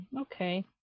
okay